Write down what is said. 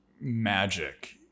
magic